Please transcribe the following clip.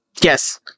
Yes